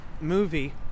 movie